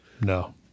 No